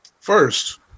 First